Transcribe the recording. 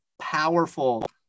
powerful